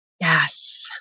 Yes